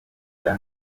oya